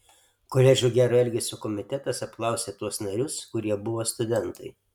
koledžo gero elgesio komitetas apklausė tuos narius kurie buvo studentai